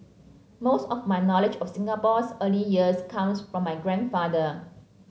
most of my knowledge of Singapore's early years comes from my grandfather